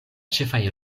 ĉefaj